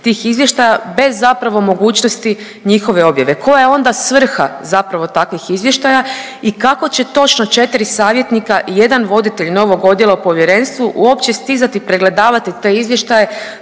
tih izvještaja bez zapravo mogućnosti njihove objave? Koja je onda svrha zapravo takvih izvještaja i kako će točno 4 savjetnika i 1 voditelj novog odjela u povjerenstvu uopće stizati pregledavati te izvještaje